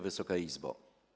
Wysoka Izbo!